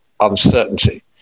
uncertainty